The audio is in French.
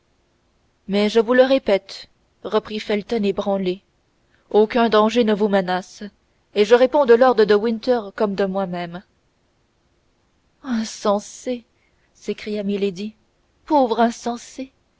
mais je vous le répète reprit felton ébranlé aucun danger ne vous menace et je réponds de lord de winter comme de moi-même insensé s'écria milady pauvre insensé